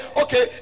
okay